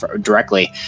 directly